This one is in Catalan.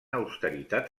austeritat